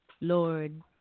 Lord